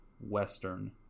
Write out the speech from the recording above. western